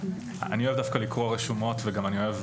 אני דווקא אוהב לקרוא רשומות ואני גם אוהב